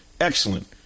excellent